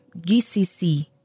GCC